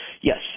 Yes